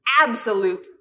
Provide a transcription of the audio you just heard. absolute